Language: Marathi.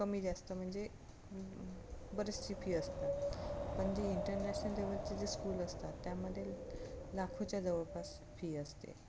कमी जास्त म्हणजे बरीचशी फी असतात पण जे इंटरनॅशनल लेव्हलचे जे स्कूल असतात त्यामध्ये लाखोच्या जवळपास फी असते